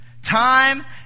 Time